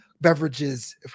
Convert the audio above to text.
beverages